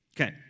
Okay